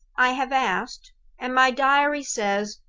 i have asked and my diary says,